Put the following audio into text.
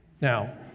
Now